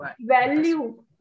Value